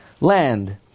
land